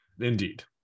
indeed